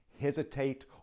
hesitate